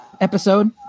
episode